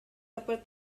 upper